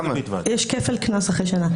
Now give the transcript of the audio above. יש כפל קנס אחרי שנה.